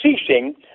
ceasing